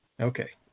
Okay